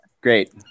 Great